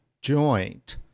joint